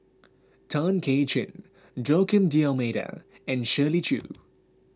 Tay Kay Chin Joaquim D'Almeida and Shirley Chew